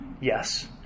Yes